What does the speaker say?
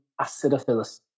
Acidophilus